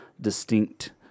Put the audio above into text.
distinct